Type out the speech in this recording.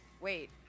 wait